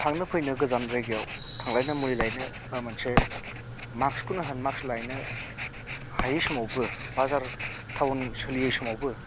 थांनो फैनो गोजान जायगायाव थांलायनो मुलि लायनो बा मोनसे माक्सखौनो होन माक्स लायनो हायि समावबो बाजार टाउन सोलियि समावबो